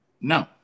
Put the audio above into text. no